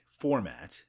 format